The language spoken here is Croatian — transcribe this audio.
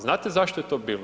Znate zašto je to bilo?